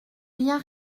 rien